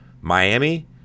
Miami